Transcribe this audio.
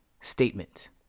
statement